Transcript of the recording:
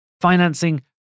Financing